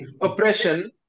oppression